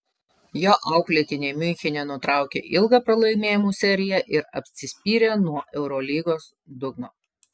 jo auklėtiniai miunchene nutraukė ilgą pralaimėjimų seriją ir atsispyrė nuo eurolygos dugno